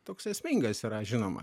toks esmingas yra žinoma